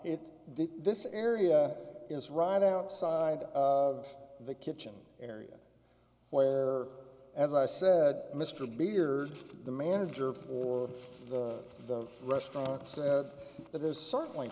it did this area is right outside of the kitchen area where as i said mr beard the manager for the restaurant said that is certainly